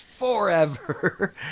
Forever